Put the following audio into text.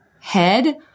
head